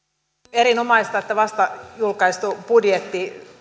erinomaista että vasta julkaistu budjetti